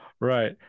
right